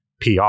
PR